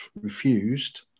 refused